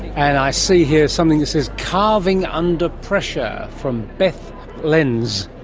and i see here something that says calving under pressure, from beth lens.